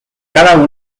cada